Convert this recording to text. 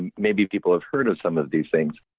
and maybe people have heard of some of these things.